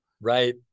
Right